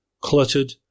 cluttered